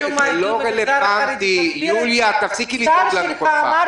משום הגיע --- השר שלך אמר.